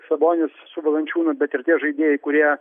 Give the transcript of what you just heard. sabonis su valančiūnu bet ir tie žaidėjai kurie